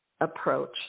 approach